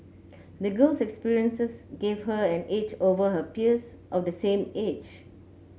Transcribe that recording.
the girl's experiences gave her an edge over her peers of the same age